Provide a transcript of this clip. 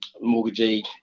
mortgagee